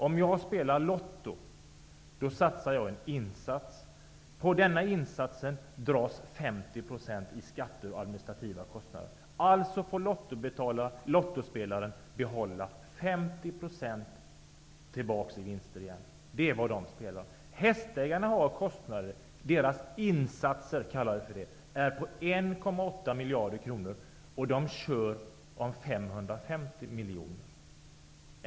Om jag spelar Lotto satsar jag en insats. På den insatsen dras 50 % för skatt och administrativa kostnader. Lottospelaren får alltså behålla 50 % av vinsten. Hästägarna har kostnader, insatser, motsvarande 1,8 miljarder kronor, och de tävlar om 550 miljoner.